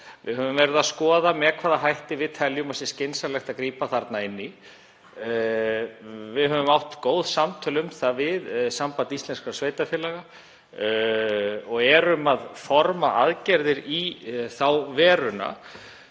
yfir þau mál og skoða með hvaða hætti sé skynsamlegt að grípa þarna inn í. Við höfum átt góð samtöl um það við Samband íslenskra sveitarfélaga og erum að forma aðgerðir í þá veru að